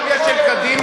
האידיאולוגיה של קדימה,